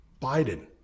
Biden